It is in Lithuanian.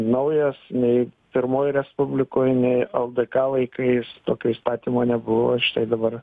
naujas nei pirmoj respublikoj nei ldk laikais tokio įstatymo nebuvo štai dabar